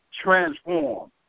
transform